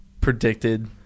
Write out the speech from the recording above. predicted